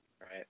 right